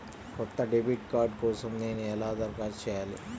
కొత్త debit card కోసం నేను ఎలా దరఖాస్తు చేయాలి?